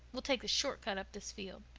we'll take the short cut up this field.